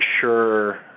sure